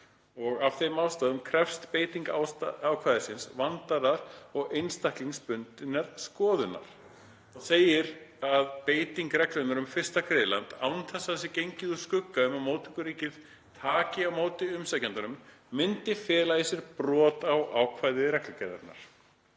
Af þeim ástæðum krefst beiting ákvæðisins vandaðrar og einstaklingsbundinnar skoðunar. Þá segir að beiting reglunnar um fyrsta griðland án þess að gengið sé úr skugga um að móttökuríkið taki á móti umsækjandanum myndi fela í sér brot á ákvæði reglugerðarinnar.